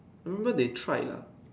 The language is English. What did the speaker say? remember they tried lah